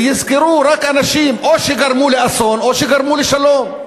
ויזכרו רק אנשים או שגרמו לאסון או שגרמו לשלום.